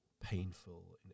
painful